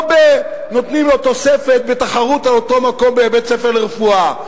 לא נותנים לו תוספת בתחרות על אותו מקום בבית-ספר לרפואה.